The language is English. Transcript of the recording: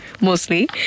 mostly